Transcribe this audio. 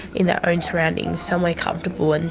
in their own surroundings, somewhere comfortable. and